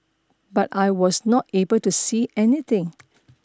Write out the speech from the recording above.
but I was not able to see anything